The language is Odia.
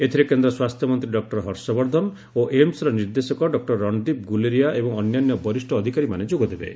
ଏଥିରେ କେନ୍ଦ୍ର ସ୍ୱାସ୍ଥ୍ୟମନ୍ତ୍ରୀ ଡକ୍ର ହର୍ଷବର୍ଦ୍ଧନ ଓ ଏମ୍ସର ନିର୍ଦ୍ଦେଶକ ଡକ୍ର ରଣଦୀପ ଗ୍ରଲେରିଆ ଏବଂ ଅନ୍ୟାନ୍ୟ ବରିଷ୍ଣ ଅଧିକାରୀମାନେ ଯୋଗଦେବେ